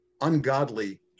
ungodly